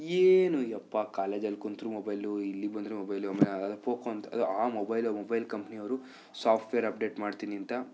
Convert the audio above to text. ಏನು ಅಪ್ಪಾ ಕಾಲೇಜಲ್ಲಿ ಕುಂತ್ರೂ ಮೊಬೈಲು ಇಲ್ಲಿಗೆ ಬಂದ್ರೂ ಮೊಬೈಲು ಆಮೇಲೆ ಯಾವುದೋ ಪೋಕೋ ಅಂತೆ ಅದು ಆ ಮೊಬೈಲು ಮೊಬೈಲ್ ಕಂಪ್ನಿ ಅವರು ಸಾಫ್ಟ್ ವೇರ್ ಅಪ್ ಡೇಟ್ ಮಾಡ್ತೀನಿ ಅಂತ